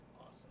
Awesome